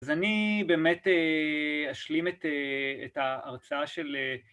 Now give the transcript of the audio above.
אז אני באמת אשלים את ההרצאה של...